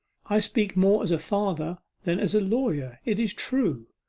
i speak more as a father than as a lawyer, it is true,